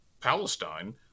Palestine